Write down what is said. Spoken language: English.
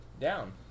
down